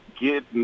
get